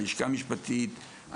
הלשכה המשפטית.